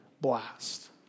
blast